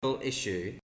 issue